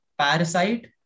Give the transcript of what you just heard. Parasite